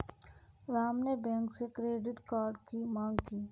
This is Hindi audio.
राम ने बैंक से क्रेडिट कार्ड की माँग की